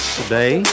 today